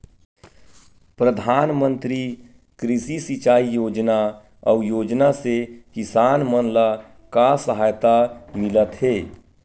प्रधान मंतरी कृषि सिंचाई योजना अउ योजना से किसान मन ला का सहायता मिलत हे?